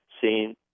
seen